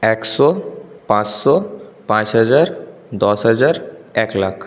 একশো পাঁচশো পাঁচ হাজার দশ হাজার এক লাখ